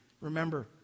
remember